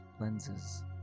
lenses